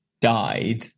died